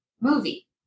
movie